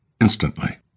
instantly